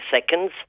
seconds